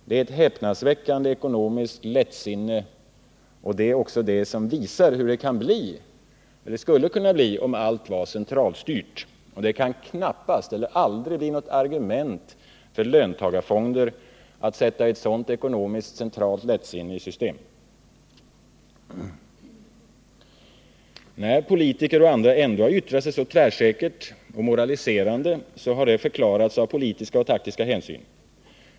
Det är ett förbluffande ekonomiskt lättsinne, och det visar också hur det skulle kunna bli, om allt vore centralstyrt. Det kan knappast eller aldrig bli något argument för löntagarfonder att sätta ett sådant centralt ekonomiskt lättsinne i system. Att politiker och andra ändå har yttrat sig så tvärsäkert och moraliserande har förklarats med hänvisning till politiska och taktiska hänsyn.